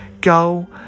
Go